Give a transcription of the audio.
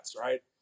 right